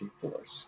force